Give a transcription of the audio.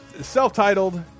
Self-titled